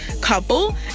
couple